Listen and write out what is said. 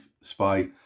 spy